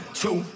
two